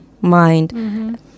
mind